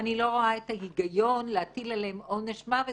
אני לא רואה את ההיגיון להטיל עליהם עונש מוות